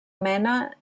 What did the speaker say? mena